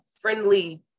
friendly